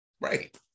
Right